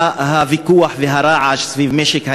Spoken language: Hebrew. הוויכוח והרעש סביב משק הגז,